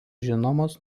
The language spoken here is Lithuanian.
žinomos